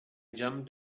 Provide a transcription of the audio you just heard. jumped